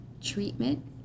treatment